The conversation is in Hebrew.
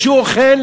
כשהוא אוכל